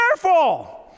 careful